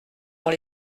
dans